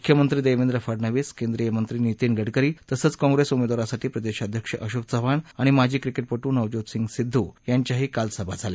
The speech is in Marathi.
मुख्यमंत्री देवेंद्र फडणवीस केंद्रीय मंत्री नितीन गडकरी तसंच काँप्रेस उमेदवारासाठी प्रदेशाध्यक्ष अशोक चव्हाण आणि माजी क्रिकेटपटू नवज्योतसिंग सिद्धू यांच्याही काल सभा झाल्या